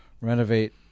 renovate